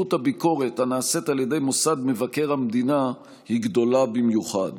חשיבות הביקורת הנעשית על ידי מוסד מבקר המדינה היא גדולה במיוחד.